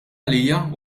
għalija